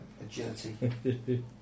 Agility